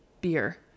beer